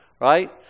right